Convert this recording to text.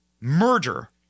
murder